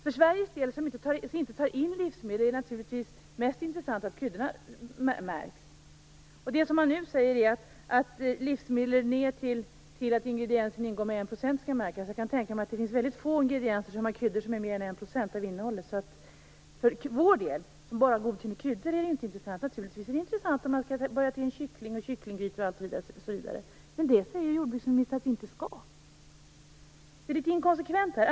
För Sveriges del, som inte tar in dessa livsmedel, är det naturligtvis mest intressant att kryddorna märks. Nu säger man att livsmedel ned till att ingrediensen ingår med 1 % skall märkas. Jag kan tänka mig att det finns väldigt få livsmedel som har kryddor som är mer än 1 % av innehållet. För vår del, som bara godkänner kryddor, är det inte intressant. Men det blir naturligtvis intressant om vi skall börja ta in kyckling och kycklinggrytor osv. Men jordbruksministern säger ju att vi inte skall det. Det är litet inkonsekvent här.